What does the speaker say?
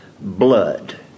blood